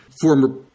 former